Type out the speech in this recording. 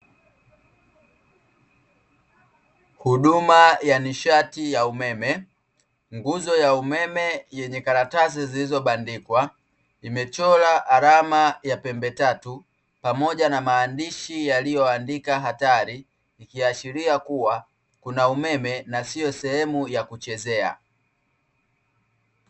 Huduma ya nishati ya umeme, nguzo ya umeme yenye karatasi zilizobandikwa, imechora alama ya pembetatu, pamoja na maandishi yaliyoandika hatari, ikiashiria kuwa kuna umeme na siyo sehemu ya kuchezea.